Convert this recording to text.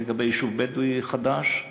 לגבי יישוב בדואי חדש.